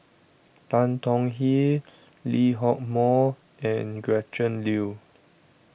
Tan Tong Hye Lee Hock Moh and Gretchen Liu